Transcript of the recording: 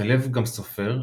שלו הוא גם סופר,